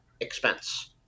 expense